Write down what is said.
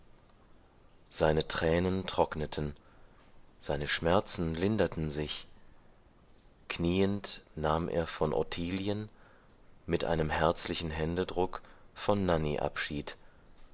seine tränen trockneten seine schmerzen linderten sich knieend nahm er von ottilien mit einem herzlichen händedruck von nanny abschied